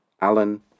Alan